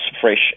fresh